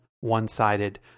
one-sided